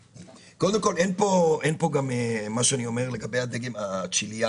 קודם כל אין פה גם מה שאני אומר לגבי הדגם הצ'יליאני,